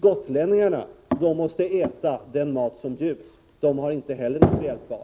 Gotlänningarna måste äta den mat som bjuds — de har inte heller något reellt val.